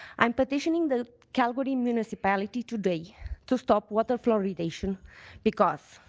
i'm petitioning the calgary municipality today to stop water fluoridation because,